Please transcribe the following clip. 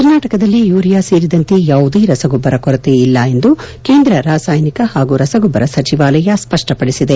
ಕರ್ನಾಟಕದಲ್ಲಿ ಯುರಿಯ ಸೇರಿದಂತೆ ಯಾವುದೇ ರಸಗೊಬ್ಬರ ಕೊರತೆ ಇಲ್ಲ ಎಂದು ಕೇಂದ್ರ ರಾಸಾಯನಿಕ ಹಾಗೂ ರಸಗೊಬ್ಬರ ಸಚವಾಲಯ ಸ್ಪಷ್ಟಪಡಿಸಿದೆ